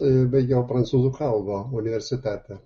baigiau prancūzų kalbą universitete